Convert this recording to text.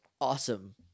awesome